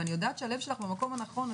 ואני יודעת שהלב שלך במקום הנכון.